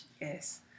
Yes